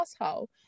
asshole